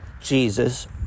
Jesus